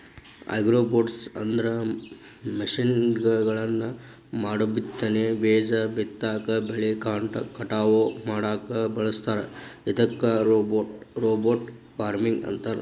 ಅಗ್ರಿರೋಬೊಟ್ಸ್ಅಂದ್ರ ಮಷೇನ್ಗಳನ್ನ ಮೋಡಬಿತ್ತನೆ, ಬೇಜ ಬಿತ್ತಾಕ, ಬೆಳಿ ಕಟಾವ್ ಮಾಡಾಕ ಬಳಸ್ತಾರ ಇದಕ್ಕ ರೋಬೋಟ್ ಫಾರ್ಮಿಂಗ್ ಅಂತಾರ